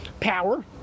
power